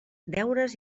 deures